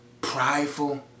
prideful